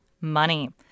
Money